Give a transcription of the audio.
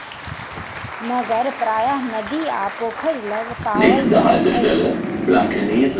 मगर प्रायः नदी आ पोखैर लग पाओल जाइत अछि